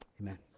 Amen